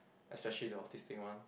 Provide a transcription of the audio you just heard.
especially the autistic one